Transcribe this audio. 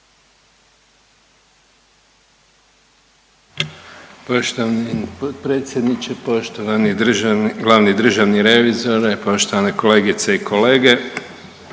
Poštovani potpredsjedniče, poštovani državni, glavni državni revizore, poštovane kolegice i kolege,